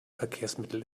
verkehrsmittel